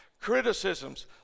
criticisms